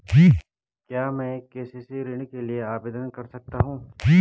क्या मैं के.सी.सी ऋण के लिए आवेदन कर सकता हूँ?